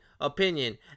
opinion